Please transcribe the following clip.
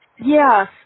Yes